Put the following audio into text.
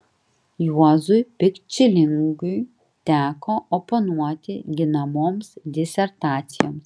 juozui pikčilingiui teko oponuoti ginamoms disertacijoms